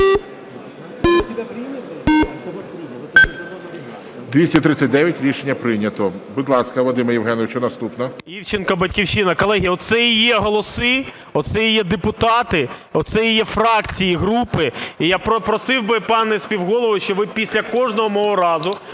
За-239 Рішення прийнято. Будь ласка, Вадиме Євгеновичу, наступна.